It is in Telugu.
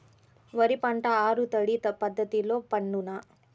వరి పంట ఆరు తడి పద్ధతిలో పండునా?